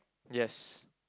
yes